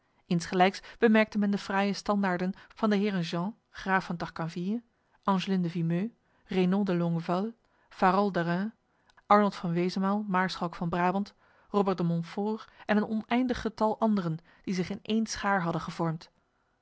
insgelijks bemerkte men de fraaie standaarden van de heren jean graaf van tarcanville angelin de vimeu renold de longueval farald de reims arnold van wesemaal maarschalk van brabant robert de montfort en een oneindig getal anderen die zich in één schaar hadden gevormd